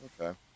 Okay